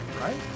right